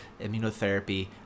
immunotherapy